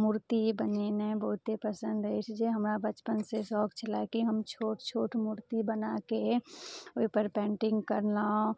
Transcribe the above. मूर्ति बनेनाइ बहुते पसन्द अछि जे हमरा बचपन सँ शौक छलै कि हम छोट छोट मूर्ति बनाके ओइपर पेन्टिंग करलहुँ